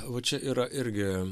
va čia yra irgi